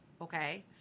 okay